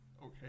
okay